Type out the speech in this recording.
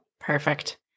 Perfect